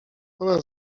ona